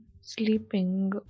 sleeping